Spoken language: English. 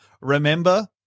remember